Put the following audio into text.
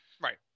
Right